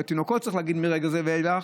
צריך להגיד "תינוקות" מרגע זה ואילך